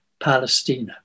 Palestina